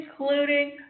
including